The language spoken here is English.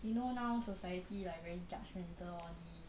you know now society like very judgmental all these